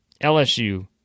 LSU